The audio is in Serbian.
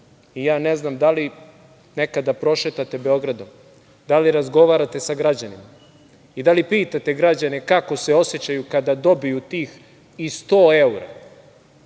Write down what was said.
i ja ne znam da li nekada prošetate Beogradom, da li razgovarate sa građanima i da li pitate građane kako se osećaju kada dobiju tih i 100